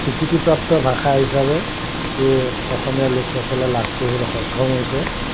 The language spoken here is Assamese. স্বীকৃতিপ্ৰাপ্ত ভাষা হিচাপে এই অসমীয়া লোকসকলে লাভ কৰিবলৈ সক্ষম হৈছে